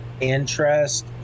interest